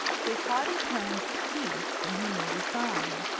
his haughty tones ceased, and he made a sign.